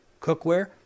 cookware